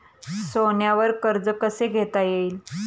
सोन्यावर कर्ज कसे घेता येईल?